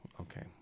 Okay